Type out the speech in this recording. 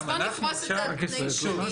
אז בוא נפרוס את זה על פני שנים.